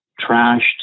trashed